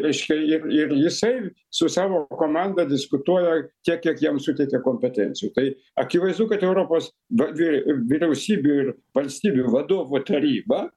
reiškia ir ir jisai su savo komanda diskutuoja tiek kiek jam suteikia kompetencijų tai akivaizdu kad europos va vyr vyriausybių ir valstybių vadovų taryba